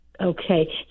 Okay